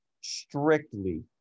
strictly